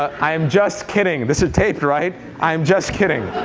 ah i'm just kidding. this is taped, right? i'm just kidding.